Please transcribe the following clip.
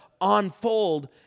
unfold